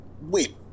Wait